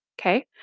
Okay